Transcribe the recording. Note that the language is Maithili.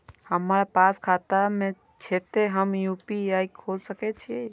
हमरा पास खाता ने छे ते हम यू.पी.आई खोल सके छिए?